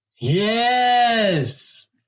Yes